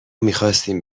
میخواستیم